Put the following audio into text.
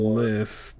list